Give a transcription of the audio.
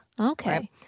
Okay